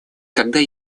когда